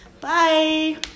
bye